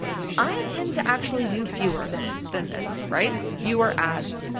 i tend to actually do fewer than this, right? fewer ads,